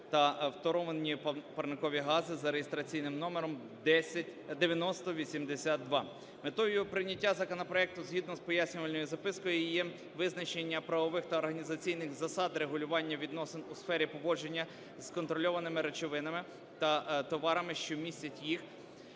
та фторовані парникові гази за реєстраційним номером 9082. Метою його прийняття, законопроекту, згідно з пояснювальною запискою є визначення правових та організаційних засад, регулювання відносин у сфері поводження з контрольованими речовинами та товарами, що містять їх,